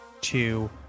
two